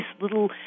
little